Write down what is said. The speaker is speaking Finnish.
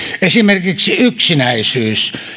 esimerkiksi yksinäisyys